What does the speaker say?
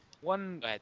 One